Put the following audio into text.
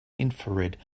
infrared